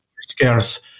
scarce